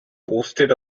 posted